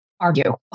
argue